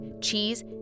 cheese